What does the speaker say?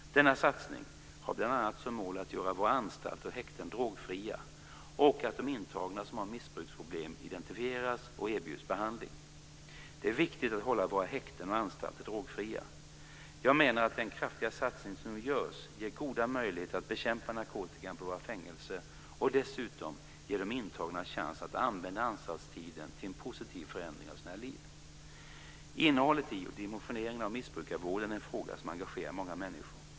Denna satsning har bl.a. som mål att göra våra anstalter och häkten drogfria och att de intagna som har missbruksproblem identifieras och erbjuds behandling. Det är viktigt att hålla våra häkten och anstalter drogfria. Jag menar att den kraftiga satsning som nu görs ger goda möjligheter att bekämpa narkotikan på våra fängelser och ger dessutom de intagna chansen att använda anstaltstiden till en positiv förändring av sina liv. Innehållet i och dimensioneringen av missbrukarvården är en fråga som engagerar många människor.